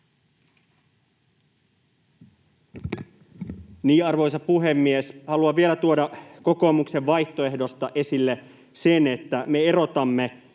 Arvoisa puhemies! Haluan vielä tuoda kokoomuksen vaihtoehdosta esille sen, että me erotamme